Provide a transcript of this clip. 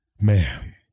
man